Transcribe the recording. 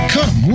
Come